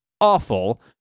awful